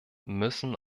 müssen